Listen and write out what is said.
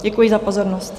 Děkuji za pozornost.